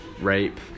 rape